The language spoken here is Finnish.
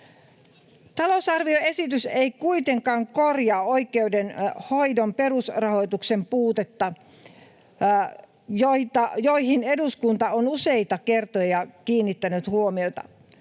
Talousarvioesitys ei kuitenkaan korjaa oikeudenhoidon perusrahoituksen puutetta, johon eduskunta on useita kertoja kiinnittänyt huomiota.